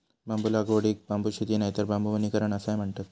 बांबू लागवडीक बांबू शेती नायतर बांबू वनीकरण असाय म्हणतत